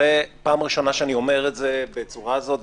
זאת פעם ראשונה שאני אומר את זה בצורה הזאת,